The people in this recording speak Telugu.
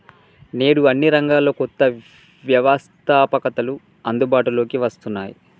నేడు అన్ని రంగాల్లో కొత్త వ్యవస్తాపకతలు అందుబాటులోకి వస్తున్నాయి